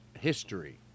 history